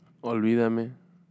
Olvídame